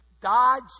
dodge